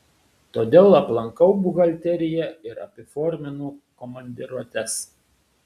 todėl aplankau buhalteriją ir apiforminu komandiruotes